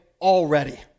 already